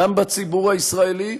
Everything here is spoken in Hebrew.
גם בציבור הישראלי,